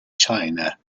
china